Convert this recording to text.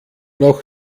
noch